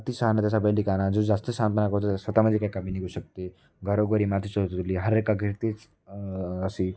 अति शहाणा त्याचा बैल रिकामा जो जास्त शहाणपणा करतो स्वतःमध्ये काही कामी निघू शकते घरोघरी मातीच्या चुली हर एका घरी तेच अशी